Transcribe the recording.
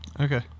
Okay